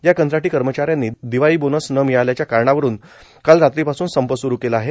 या कंत्राटी कर्मचाऱ्यांनी दिवाळी बोनस न मिळाल्याच्या कारणावरून काल रात्रीपासून संप सूरू केला आहे